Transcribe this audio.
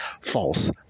false